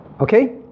Okay